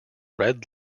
red